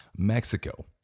Mexico